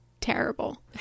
terrible